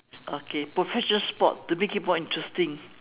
okay professional sport to make it more interesting